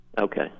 Okay